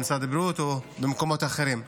אם במשרד הבריאות או במקומות אחרים.